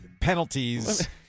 penalties